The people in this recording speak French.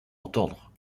entendre